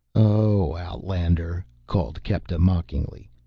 oh, outlander, called kepta mockingly,